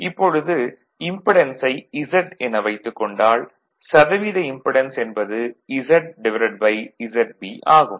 இப்பொழுது இம்படென்ஸை Z என வைத்துக் கொண்டால் சதவீத இம்படென்ஸ் என்பது ZZB ஆகும்